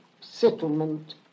settlement